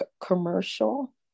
commercial